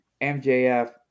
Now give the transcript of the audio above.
MJF